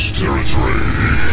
territory